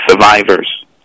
survivors